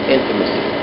Intimacy